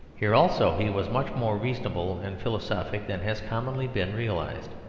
here also he was much more reasonable and philosophic than has commonly been realised.